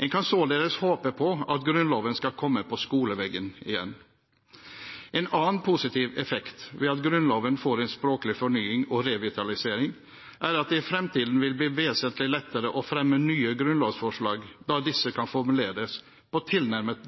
En kan således håpe på at Grunnloven skal komme på skoleveggen igjen. En annen positiv effekt ved at Grunnloven får en språklig fornying og revitalisering, er at det i fremtiden vil bli vesentlig lettere å fremme nye grunnlovsforslag, da disse kan formuleres i tilnærmet